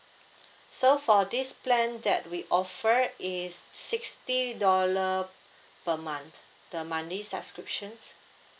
so for this plan that we offer is sixty dollar per month the monthly subscriptions